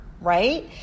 right